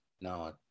no